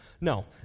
No